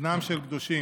הוא בנם של קדושים,